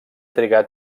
trigar